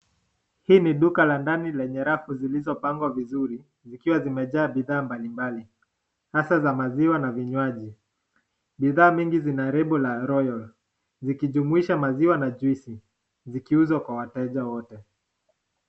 Hii ni duka la ndani lenye rafu zilizopangwa vizuri zikiwa zimejaa bidhaa mbalimbali hasa za maziwa na vinywaji . Bidhaa mingi zina 'label' la 'royal' zikijumuisha maziwa na juisi zikiuzwa kwa wateja wote.